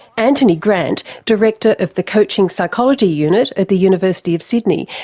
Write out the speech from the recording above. anthony grant, director of the coaching psychology unit at the university of sydney,